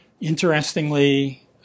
Interestingly